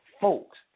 folks